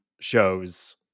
shows